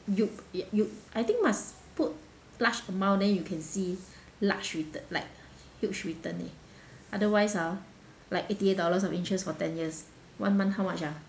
you uh you I think must put large amount then you can see large return like huge return leh otherwise ah like eighty eight dollars of interest for ten years one month how much ah